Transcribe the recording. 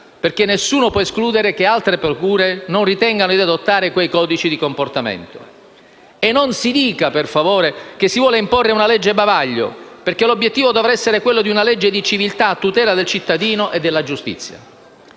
perché nessuno può escludere che altre procure non ritengano di adottare questi codici di comportamento. E non si dica, per favore, che si vuol imporre una legge bavaglio, perché l'obiettivo dovrà essere quello di una legge di civiltà a tutela del cittadino e della giustizia.